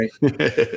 right